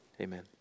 Amen